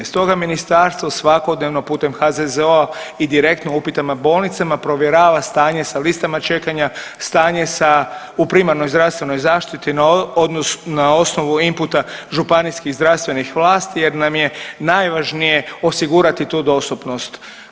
Stoga ministarstvo svakodnevno putem HZZO-a i direktno upitama bolnicama provjerava stanje sa listama čekanja, stanje sa u primarnoj zdravstvenoj zaštiti, a osnovu inputa županijskih zdravstvenih vlasti jer nam je najvažnije osigurati tu dostupnost.